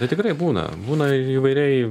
tai tikrai būna būna įvairiai